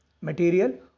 material